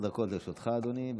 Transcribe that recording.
עשר דקות לרשותך, אדוני.